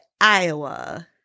Iowa